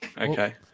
Okay